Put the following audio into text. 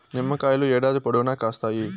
నిమ్మకాయలు ఏడాది పొడవునా కాస్తాయి